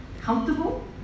comfortable